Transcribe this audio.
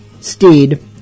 steed